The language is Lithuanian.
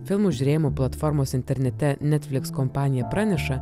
filmų žiūrėjimo platformos internete netflix kompanija praneša